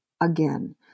again